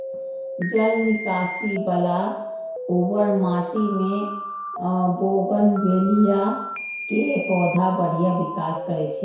जल निकासी बला उर्वर माटि मे बोगनवेलिया के पौधा बढ़िया विकास करै छै